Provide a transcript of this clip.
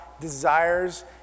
desires